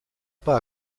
pas